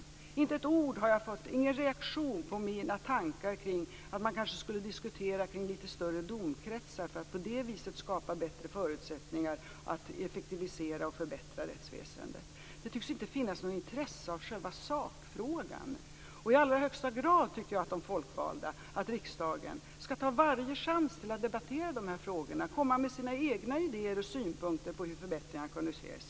Jag inte fått ett ord som reaktion på mina tankar om att man kanske skulle diskutera lite större domkretsar för att skapa bättre förutsättningar att effektivisera och förbättra rättsväsendet. Det tycks inte finnas något intresse för själva sakfrågan. Jag tycker i allra högsta grad att de folkvalda i riksdagen skall ta varje chans att debattera de här frågorna och att komma med sina egna idéer om och synpunkter på hur förbättringar kunde göras.